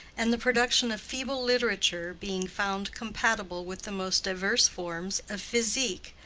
and the production of feeble literature being found compatible with the most diverse forms of physique,